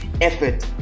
effort